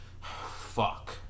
Fuck